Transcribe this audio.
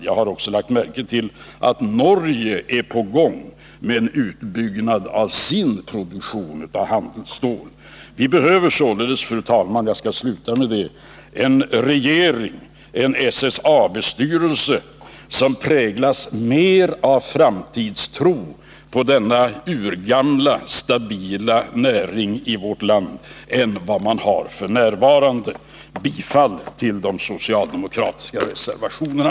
Jag har också lagt märke till att Norge håller på med en utbyggnad av sin produktion av handelsstål. Fru talman! Jag är rädd för att mina minuter nu är slut. Jag skall sluta med att säga att vi således behöver en regering och en SSAB-styrelse som präglas mer av framtidstro på denna urgamla stabila näring i vårt land än vi f. n. har. Jag yrkar bifall till de socialdemokratiska reservationerna.